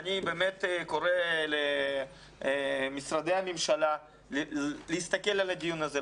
אני באמת קורא למשרדי הממשלה להסתכל על הדיון הזה,